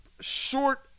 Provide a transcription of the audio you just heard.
short